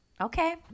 Okay